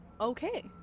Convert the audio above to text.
Okay